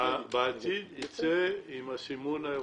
בעתיד ייצא עם הסימון האירופאי.